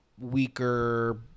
weaker